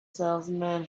salesman